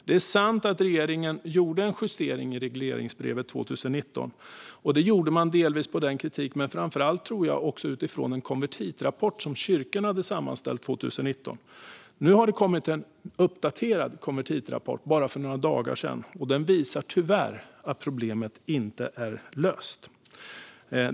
Det är sant att regeringen gjorde en justering i regleringsbrevet 2019. Det gjorde man delvis efter den kritiken, men framför allt berodde det, tror jag, på en konvertitrapport som kyrkorna hade sammanställt 2019. För bara några dagar sedan kom det en uppdaterad konvertitrapport. Tyvärr visar den att problemet inte är löst.